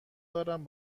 دارم